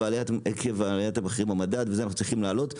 עליית מחירים והמדד אנחנו צריכים להעלות מחירים,